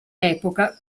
epoca